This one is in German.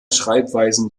schreibweisen